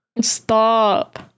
Stop